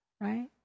right